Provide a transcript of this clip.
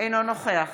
אינו נוכח